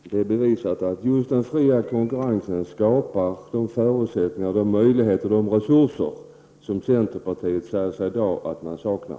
Fru talman! Det är bevisat att just den fria konkurrensen skapar de förutsättningar, möjligheter och resurser som centerpartiet i dag säger att man saknar.